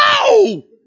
No